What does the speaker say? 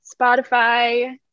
Spotify